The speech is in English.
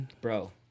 Bro